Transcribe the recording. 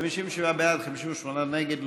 בעד, 58 נגד.